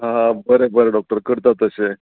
आं बरें बरें डॉक्टर करता तशें